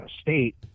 state